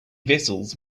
vessels